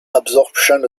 absorption